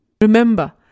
Remember